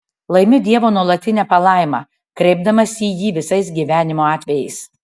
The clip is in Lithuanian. laimiu dievo nuolatinę palaimą kreipdamasi į jį visais gyvenimo atvejais